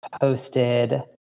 posted